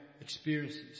experiences